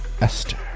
Esther